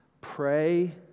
Pray